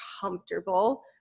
comfortable